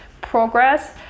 progress